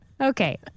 Okay